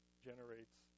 generates